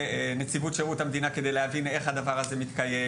בנציבות שירות המדינה כדי להבין איך הדבר הזה מתקיים,